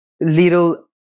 little